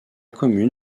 commune